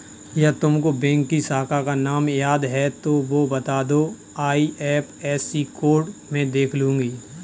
यदि तुमको बैंक की शाखा का नाम याद है तो वो बता दो, आई.एफ.एस.सी कोड में देख लूंगी